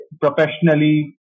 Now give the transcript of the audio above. professionally